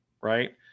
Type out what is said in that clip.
Right